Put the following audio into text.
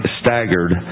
staggered